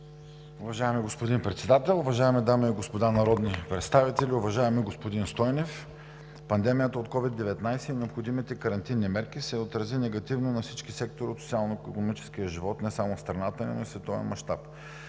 Уважаеми господин Председател, уважаеми дами и господа народни представители! Уважаеми господин Стойнев, пандемията от COVID-19 и необходимите карантинни мерки се отразиха негативно на всички сектори от социално-икономическия живот не само в страната ни, но и в световен мащаб.